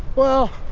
well,